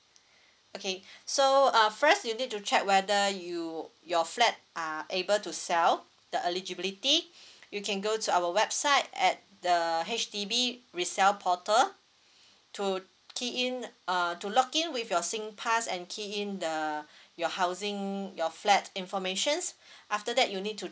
okay so uh first you need to check whether you your flat are able to sell the eligibility you can go to our website at the H_D_B resell portal to key in uh to login with your singpass and key in the your housing your flat informations after that you need to